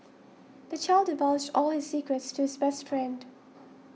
the child divulged all his secrets to his best friend